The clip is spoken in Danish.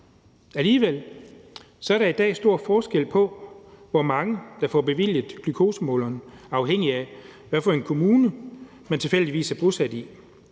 Alligevel er der i dag stor forskel på, hvor mange der får bevilget glukosemåleren, afhængigt af hvad for en kommune man tilfældigvis er bosat i,